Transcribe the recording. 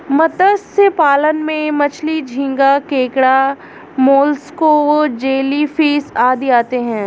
मत्स्य पालन में मछली, झींगा, केकड़ा, मोलस्क, जेलीफिश आदि आते हैं